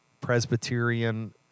Presbyterian